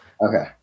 Okay